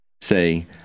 Say